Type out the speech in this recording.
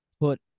put